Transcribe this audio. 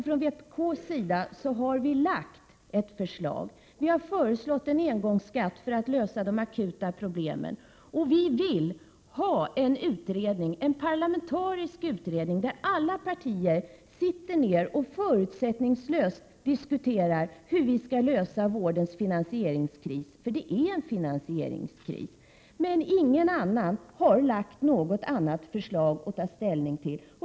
Från vpk:s sida har vi lagt fram ett förslag om en engångsskatt för att lösa de akuta problemen. Vi vill ha en parlamentarisk utredning, där alla partier förutsättningslöst kan diskutera hur vi skall klara finansieringskrisen inom vården. Det är nämligen en finansieringskris. Men inget annat parti har lagt fram något förslag som vi kan ta ställning till.